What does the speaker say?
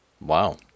wow